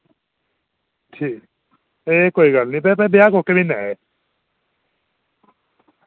ठीक ऐ कोई गल्ल नी बै बे ब्याह् कोह्के म्हीनै ऐ